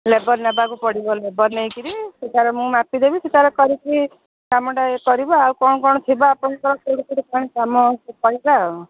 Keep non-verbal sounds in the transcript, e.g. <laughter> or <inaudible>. labour ନେବାକୁ ପଡ଼ିବ labour ନେଇକିରି ସେଠାରେ ମୁଁ ମାପିଦେବି ସିଏ ତାର କରିକି କାମଟା ଇଏ କରିବ ଆଉ କ'ଣ କ'ଣ ଥିବ ଆପଣ <unintelligible> ଛୋଟୋ ଛୋଟୋ କ'ଣ କାମ କହିବେ ଆଉ